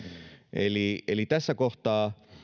eli eli tässä kohtaa